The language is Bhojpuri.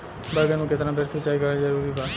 बैगन में केतना बेर सिचाई करल जरूरी बा?